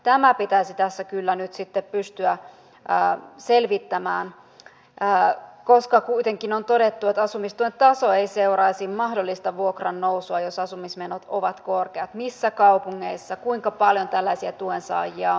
tämä pitäisi tässä kyllä nyt pystyä selvittämään koska kuitenkin on todettu että asumistuen taso ei seuraisi mahdollista vuokran nousua jos asumismenot ovat korkeat missä kaupungeissa kuinka paljon tällaisia tuensaajia on